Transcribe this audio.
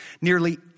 Nearly